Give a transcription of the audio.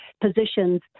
positions